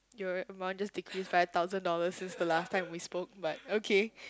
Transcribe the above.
your amount just decrease by a thousand dollars since the last time we spoke but okay